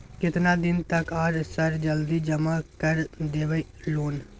केतना दिन तक आर सर जल्दी जमा कर देबै लोन?